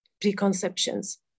preconceptions